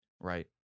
Right